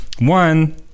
one